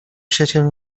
przyjaciele